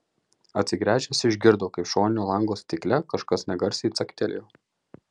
atsigręžęs išgirdo kaip šoninio lango stikle kažkas negarsiai caktelėjo